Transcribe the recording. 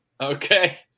Okay